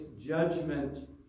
judgment